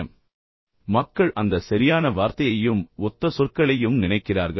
எனவே மக்கள் அந்த சரியான வார்த்தையையும் ஒத்த சொற்களையும் நினைக்கிறார்கள்